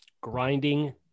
grinding